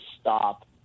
stop